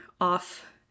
off